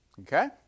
Okay